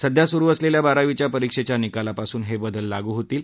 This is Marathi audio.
सध्या सुरू असलेल्या बारावीच्या परीक्षेच्या निकालापासून हे बदल लागू होणार आहेत